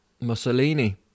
Mussolini